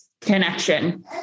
connection